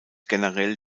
generell